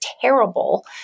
terrible